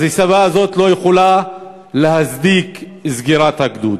אז הסיבה הזאת לא יכולה להצדיק את סגירת הגדוד